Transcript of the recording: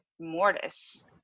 mortis